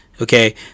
Okay